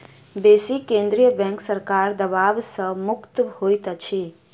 बेसी केंद्रीय बैंक सरकारक दबाव सॅ मुक्त होइत अछि